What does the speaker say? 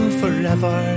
forever